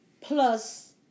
Plus